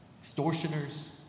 extortioners